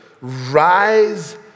rise